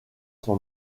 son